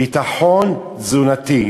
ביטחון תזונתי.